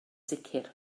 sicr